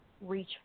reach